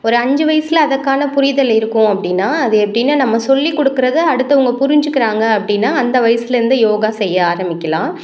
ஒரு அஞ்சு வயசில் அதற்கான புரிதல் இருக்கும் அப்படினா அது எப்படினா நம்ம சொல்லி கொடுக்குறத அடுத்தவங்க புரிஞ்சுக்கிறாங்க அப்படினா அந்த வயசில் இருந்தே யோகா செய்ய ஆரம்மிக்கலாம்